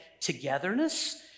togetherness